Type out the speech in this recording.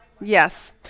yes